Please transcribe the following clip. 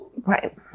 Right